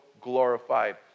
glorified